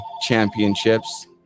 Championships